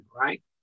right